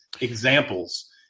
examples